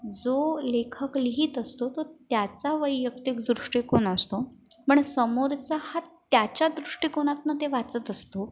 जो लेखक लिहीत असतो तो त्याचा वैयक्तिक दृष्टिकोन असतो पण समोरचा हा त्याच्या दृष्टिकोनातनं ते वाचत असतो